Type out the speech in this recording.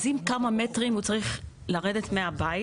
אז אם כמה מטרים הוא צריך לרדת מהבית